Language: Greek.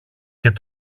και